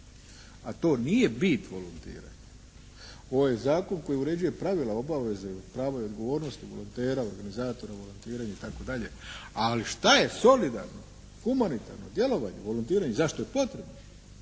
a to nije bit volontiranja. Ovo je zakon koji uređuje pravila, obaveze, prava i odgovornosti volontera, organizatora volontiranja itd. Ali šta je solidarno, humanitarno djelovanje, volontiranje zašto je potrebno,